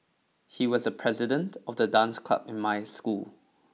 he was the president of the dance club in my school